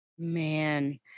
Man